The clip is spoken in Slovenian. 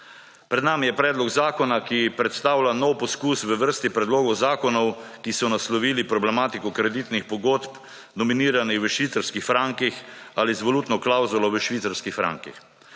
Pred nami je predlog zakona, ki predstavlja nov poskus v vrsti predlogov zakonov, ki so naslovili problematiko kreditnih pogodb, dominiranih v švicarskih frankih ali z valutno klavzulo v švicarskih frankih.